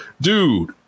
Dude